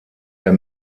der